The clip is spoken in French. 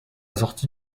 sortie